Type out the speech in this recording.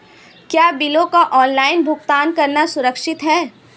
क्या बिलों का ऑनलाइन भुगतान करना सुरक्षित है?